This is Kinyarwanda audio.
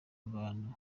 abantu